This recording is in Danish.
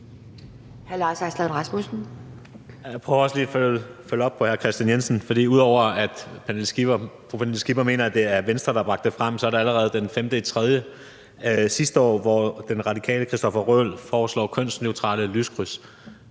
Jeg prøver også lige at følge op på det, hr. Kristian Jensen siger, for ud over at fru Pernille Skipper mener, at det er Venstre, der bragte det frem, så er det allerede den 5. marts sidste år, hvor den radikale Christopher Røhl foreslår kønsneutrale lyskryds.